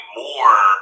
more